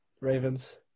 Ravens